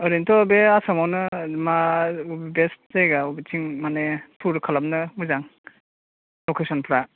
ओरैनोथ' बे आसामावनो मा बेस्ट जायगा बबेथिं माने टुर खालामनो मोजां लकेस'न फोरा